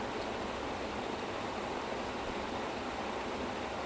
and then and this is because they what they use some secret spices lah